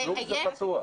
המסלול הזה פתוח.